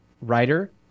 writer